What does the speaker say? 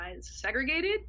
segregated